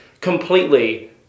completely